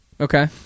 Okay